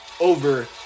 over